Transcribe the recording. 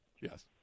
Yes